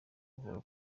buhoro